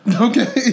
okay